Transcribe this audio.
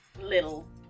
little